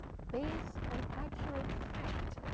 based on accurate fact,